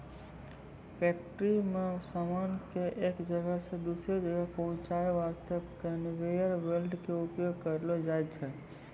factory मॅ सामान कॅ एक जगह सॅ दोसरो जगह पहुंचाय वास्तॅ कनवेयर बेल्ट के उपयोग करलो जाय छै